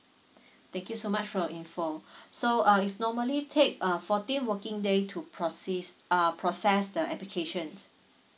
thank you so much for your info so uh it's normally take uh fourteen working day to proceeds uh process the application